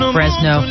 Fresno